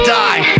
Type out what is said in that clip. die